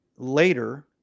Later